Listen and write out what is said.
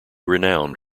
renowned